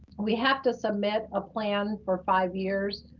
we have to submit a plan for five years,